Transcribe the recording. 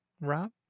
Rob